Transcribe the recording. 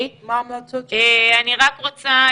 אני רק רוצה,